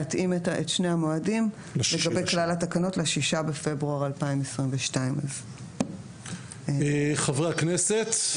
להתאים את שני המועדים לגבי כלל התקנות ל-6 בפברואר 2022. חברי הכנסת,